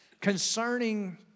concerning